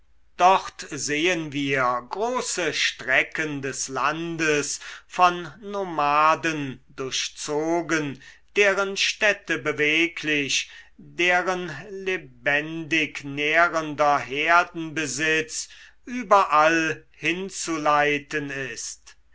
dort sehen wir große strecken des landes von nomaden durchzogen deren städte beweglich deren lebendig nährender herdenbesitz überall hinzuleiten ist